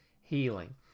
healing